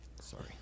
sorry